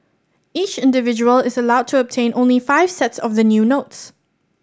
each individual is allowed to obtain only five sets of the new notes